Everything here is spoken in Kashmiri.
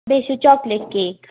بیٚیہِ چھُ چاکلیٹ کیک